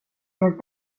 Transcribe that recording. blev